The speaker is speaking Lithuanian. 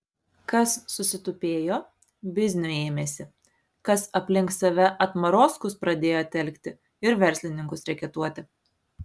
kas susitupėjo biznio ėmėsi kas aplink save atmarozkus pradėjo telkti ir verslininkus reketuoti